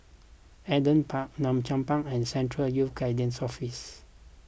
Adam Park Malcolm Park and Central Youth Guidance Office